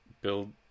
Build